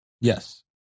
Yes